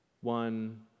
one